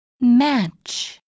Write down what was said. Match